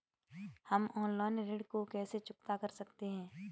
हम ऑनलाइन ऋण को कैसे चुकता कर सकते हैं?